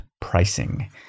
pricing